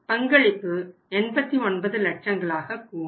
பங்களிப்பு 89 லட்சங்களாக கூடும்